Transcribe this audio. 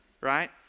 right